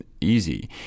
easy